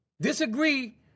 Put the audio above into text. disagree